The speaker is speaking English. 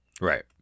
right